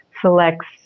selects